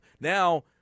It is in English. Now